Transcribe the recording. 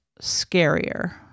scarier